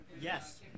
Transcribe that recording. Yes